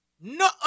No